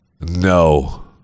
no